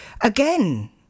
again